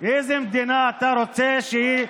איזו מדינה אתה רוצה שהיא,